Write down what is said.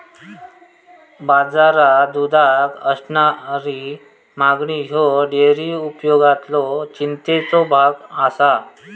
बाजारात दुधाक असणारी मागणी ह्यो डेअरी उद्योगातलो चिंतेचो भाग आसा